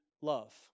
love